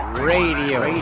radio,